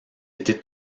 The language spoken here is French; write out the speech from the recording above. été